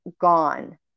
gone